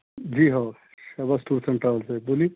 جی ہاں Sarwat tours and travel سے بولیے